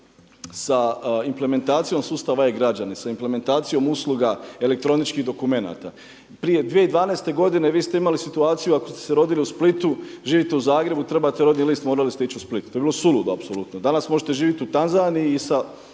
sa implementacijom sustava e-građani, sa implementacijom usluga elektroničkih dokumenata, prije 2012. godine vi ste imali situaciju ako ste se rodili u Splitu, živite u Zagrebu trebate rodni list, morali ste ići u Split. To je bilo suludo, apsolutno. Danas možete živjeti u Tanzaniji, a